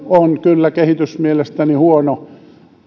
on kehitys kyllä mielestäni huono